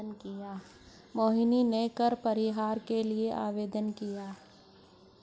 मोहिनी ने कर परिहार के लिए आवेदन किया